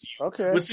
okay